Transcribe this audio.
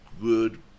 good